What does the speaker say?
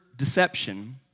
deception